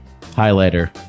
Highlighter